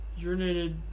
Urinated